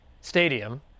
stadium